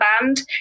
band